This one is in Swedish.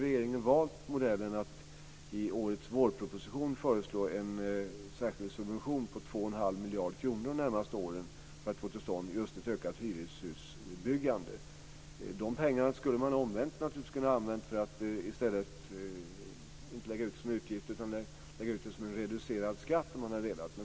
Regeringen har därför valt att i årets vårproposition föreslå en särskild subvention på 2,5 miljarder kronor de närmaste åren för att få till stånd ett ökat hyreshusbyggande. De pengarna skulle man ha kunnat lägga ut som reducerad skatt, om man hade velat.